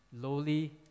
lowly